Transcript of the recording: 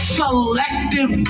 selective